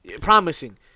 promising